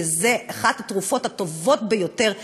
וזו אחת התרופות הטובות ביותר ליילודים,